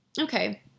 okay